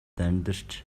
амьдарч